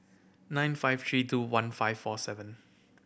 nine five three two one five four seven